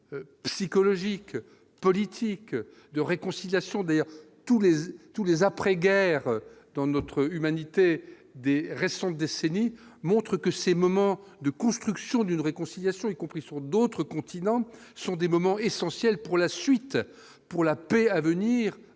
psychologique, politique de réconciliation, d'ailleurs tous les, tous les après-guerre dans notre humanité D. récentes décennies montre que ces moments de construction d'une réconciliation, y compris sur d'autres continents sont des moments essentiels pour la suite, pour la paix à venir